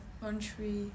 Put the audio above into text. country